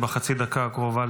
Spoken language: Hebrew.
ייכנס בחצי דקה הקרובה,